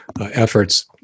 efforts